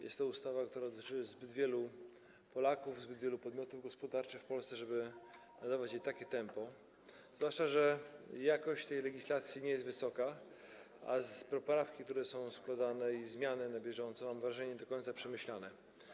Jest to ustawa, która dotyczy zbyt wielu Polaków, zbyt wielu podmiotów gospodarczych w Polsce, żeby pracom nad nią nadawać takie tempo, zwłaszcza że jakość tej legislacji nie jest wysoka, a poprawki, które są składane, i zmiany wprowadzane na bieżąco, mam wrażenie, nie są do końca przemyślane.